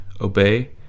obey